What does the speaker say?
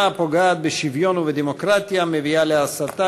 הפוגעת בשוויון ובדמוקרטיה ומביאה להסתה,